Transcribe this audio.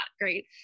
great